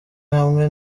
hamwe